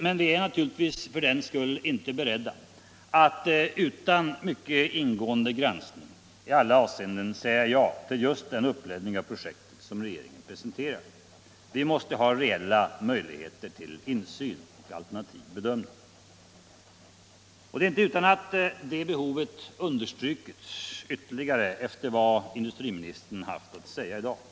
Men vi är naturligtvis för den skull inte beredda att utan mycket ingående granskning i alla avseenden säga ja till just den uppläggning av projektet som regeringen presenterar. Vi måste ha reella möjligheter till insyn och till alternativ bedömning. Det är inte utan att det behovet understrukits ytterligare efter vad industriministern haft att säga i dag.